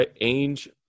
age